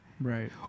Right